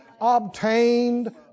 obtained